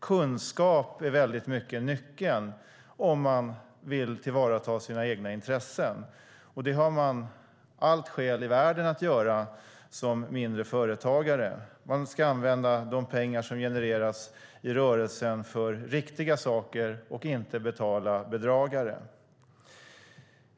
Kunskap är nyckeln, om man vill tillvarata sina egna intressen. Det har man alla skäl i världen att göra som småföretagare. Man ska använda de pengar som genereras i rörelsen för riktiga saker och inte betala bedragare.